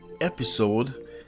episode